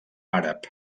àrab